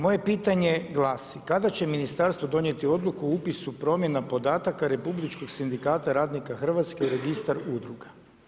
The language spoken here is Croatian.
Moje pitanje glasi kada će ministarstvo donijeti odluku o upisu promjena podataka Republičkog sindikata radnika Hrvatske i registar udruga.